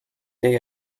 day